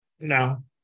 No